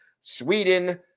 Sweden